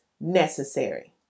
necessary